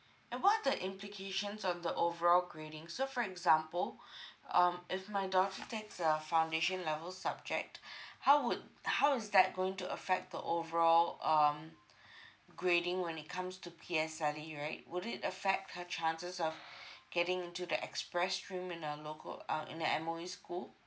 and what are the implications on the overall grading so for example um if my daughter takes a foundation level subject how would how is that going to affect the overall um grading when it comes to P_S_L_E right would it affect her chances of getting into the express stream in a local uh in the M_O_E school